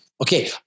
Okay